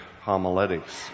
homiletics